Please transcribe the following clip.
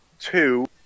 two